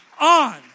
on